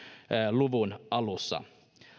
luvun alussa